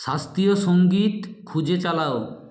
শাস্ত্রীয় সংগীত খুঁজে চালাও